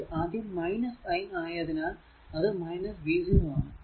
ഇത് ആദ്യം സൈൻ ആയതിനാൽ അത് v 0 ആണ്